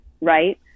right